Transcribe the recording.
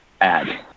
add